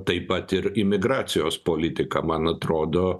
taip pat ir imigracijos politika man atrodo